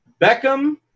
Beckham